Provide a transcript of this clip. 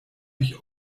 ich